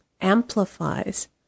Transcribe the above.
amplifies